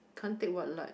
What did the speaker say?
can't take what light